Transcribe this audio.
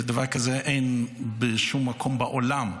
דבר כזה אין בשום מקום בעולם,